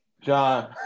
John